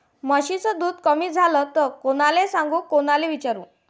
म्हशीचं दूध कमी झालं त कोनाले सांगू कोनाले विचारू?